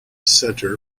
center